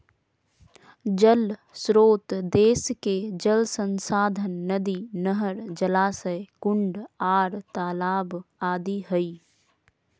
जल श्रोत देश के जल संसाधन नदी, नहर, जलाशय, कुंड आर तालाब आदि हई